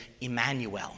Emmanuel